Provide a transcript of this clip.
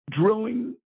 drilling